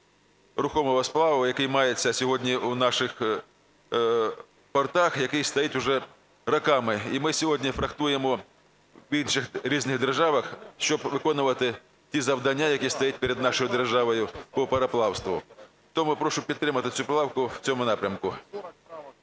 рухомого сплаву, який мається сьогодні в наших портах, який стоїть вже роками. І ми сьогодні фрахтуємо в інших різних державах, щоб виконувати ті завдання, які стоять перед нашою державою по пароплавству. Тому прошу підтримати цю правку в цьому напрямку.